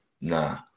nah